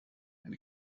eine